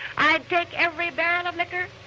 i'd take every barrel of liquor,